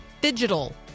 digital